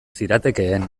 ziratekeen